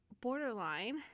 Borderline